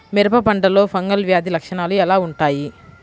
మిరప పంటలో ఫంగల్ వ్యాధి లక్షణాలు ఎలా వుంటాయి?